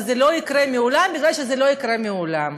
וזה לא יקרה לעולם בגלל שזה לא יקרה לעולם.